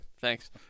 thanks